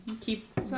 Keep